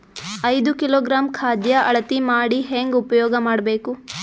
ಐದು ಕಿಲೋಗ್ರಾಂ ಖಾದ್ಯ ಅಳತಿ ಮಾಡಿ ಹೇಂಗ ಉಪಯೋಗ ಮಾಡಬೇಕು?